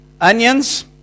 onions